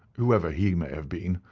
whoever he may have been.